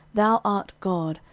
thou art god,